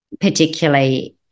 particularly